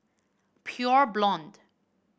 Pure Blonde